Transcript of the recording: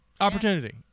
opportunity